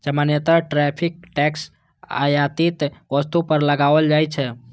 सामान्यतः tariff tax आयातित वस्तु पर लगाओल जाइ छै